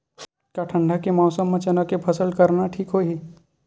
का ठंडा के मौसम म चना के फसल करना ठीक होही?